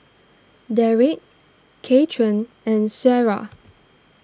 Darrick Kathern and Shara